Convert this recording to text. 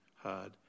hard